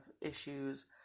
issues